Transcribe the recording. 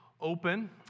open